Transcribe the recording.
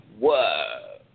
whoa